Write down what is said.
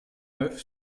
neuf